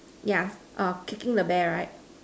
yeah err kicking the bear right